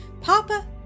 Papa